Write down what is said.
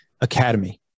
academy